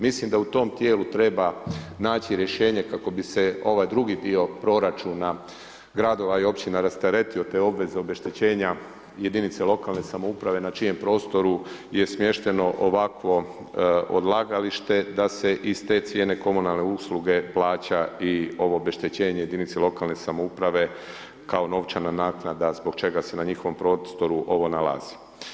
Mislim da u tom tijelu treba naći rješenje kako bi se ovaj drugi dio proračuna, gradova i općina rasteretio te obveze obeštećenja jedinice lokalne samouprave na čijem prostoru je smješteno ovakvo odlagalište da se iz te cijene komunalne usluge plaća i ovo obeštećenje jedinice lokalne samouprave kao novčana naknada zbog čega se na njihovom prostoru ovo nalazi.